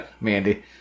Mandy